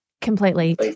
Completely